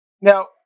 now